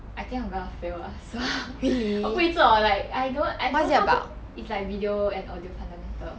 I think I'm gonna fail ah so 我不会做 like I don't I don't know how to is like video and audio fundamental